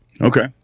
Okay